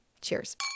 cheers